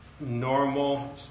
Normal